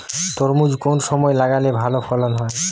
তরমুজ কোন সময় লাগালে ভালো ফলন হয়?